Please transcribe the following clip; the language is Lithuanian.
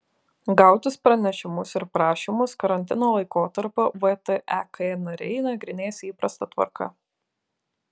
gautus pranešimus ir prašymus karantino laikotarpiu vtek nariai nagrinės įprasta tvarka